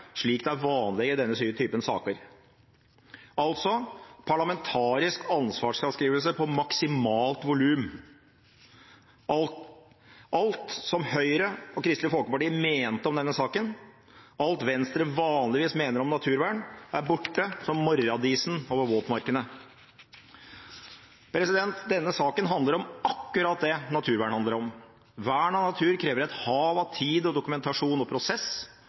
slik som er vanleg i denne type saker» – altså: parlamentarisk ansvarsfraskrivelse på maksimalt volum. Alt som Høyre og Kristelig Folkeparti mente om denne saken, og alt Venstre vanligvis mener om naturvern, er borte som morgendisen over våtmarkene. Denne saken handler om akkurat det naturvern handler om: Vern av natur krever et hav av tid, dokumentasjon og prosess.